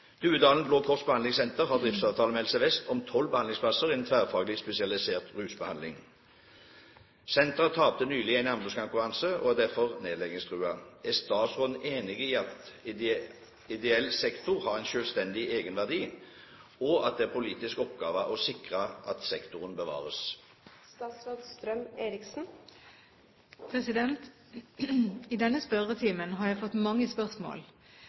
Duedalen Blå Kors Behandlingssenter har driftsavtale med Helse Vest om tolv behandlingsplasser innen tverrfaglig spesialisert rusbehandling. Senteret tapte nylig en anbudskonkurranse og er derfor nedleggingstruet. Er statsråden enig i at ideell sektor har en selvstendig egenverdi, og at det er en politisk oppgave å sikre at sektoren bevares?» I denne spørretimen har jeg fått mange spørsmål,